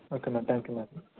okay madam thank you madam